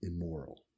immoral